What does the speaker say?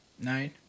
Nine